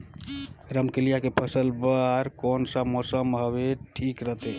रमकेलिया के फसल बार कोन सा मौसम हवे ठीक रथे?